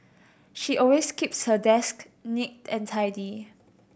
she always keeps her desk neat and tidy